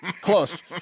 Close